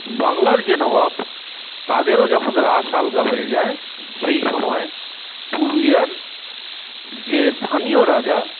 বাংলার যে নবাব তাঁদেরও যখন রাশ আলগা হয়ে যায় সেই সময়ে পুরুলিয়ার যে স্থানীয় রাজা